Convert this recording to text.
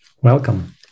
welcome